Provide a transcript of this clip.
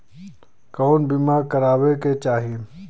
कउन बीमा करावें के चाही?